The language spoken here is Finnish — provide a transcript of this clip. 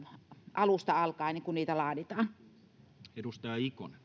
alusta alkaen kun niitä laaditaan